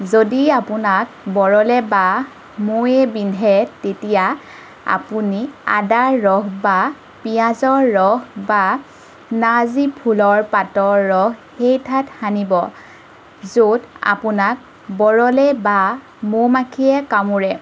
যদি আপোনাক বৰলে বা মৌয়ে বিন্ধে তেতিয়া আপুনি আদা ৰস বা পিঁয়াজৰ ৰস বা নাৰ্জী ফুলৰ পাতৰ ৰস সেই ঠাইত সানিব য'ত আপোনাক বৰলে বা মৌমাখিয়ে কামোৰে